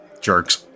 Jerks